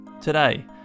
Today